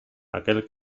aquel